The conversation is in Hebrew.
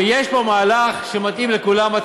יצחק, כשיש פה מהלך שמתאים לכולם.